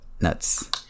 Nuts